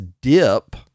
dip